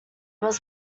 was